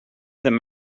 them